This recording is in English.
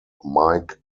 mike